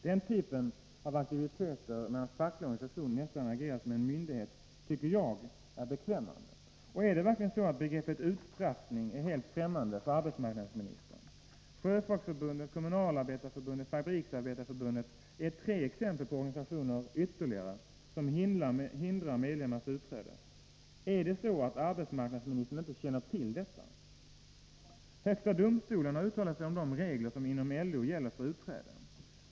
Den typen av aktiviteter, där en facklig organisation nästan agerar som en myndighet, tycker jag är beklämmande. Är verkligen begreppet ”utstraffning” helt främmande för arbetsmarknadsministern? Sjöfolksförbundet, Kommunalarbetareförbundet och Fabriksarbetareförbundet är tre ytterligare exempel på organisationer som hindrar medlemmars utträde. Känner inte arbetsmarknadsministern till detta? Högsta domstolen har uttalat sig om de regler som inom LO gäller för utträde.